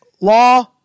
Law